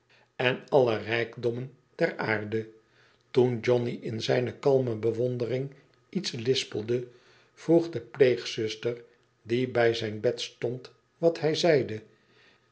en al de rijkdommen der aarde toen johnny in zijne kalme bewondering iets lispelde vroeg de pleegzuster die bij zijn bed stond wat hij zeide